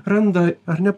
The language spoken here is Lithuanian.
randa ar ne